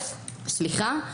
סליחה,